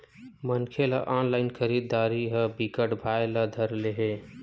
मनखे ल ऑनलाइन खरीदरारी ह बिकट भाए ल धर ले हे